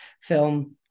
film